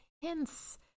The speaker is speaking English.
Hints